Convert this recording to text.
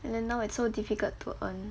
and then now it's so difficult to earn